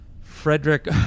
Frederick